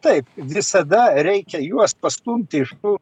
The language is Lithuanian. taip visada reikia juos pastumti iš tų